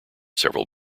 several